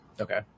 Okay